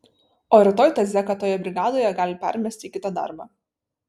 o rytoj tą zeką toje brigadoje gali permesti į kitą darbą